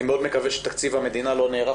אני מאוד מקווה שתקציב המדינה לא נערך